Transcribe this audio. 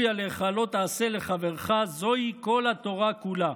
עליך לא תעשה לחברך" זו כל התורה כולה,